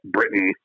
Britain